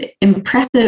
impressive